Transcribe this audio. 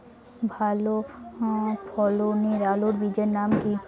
ভালো ফলনের আলুর বীজের নাম কি?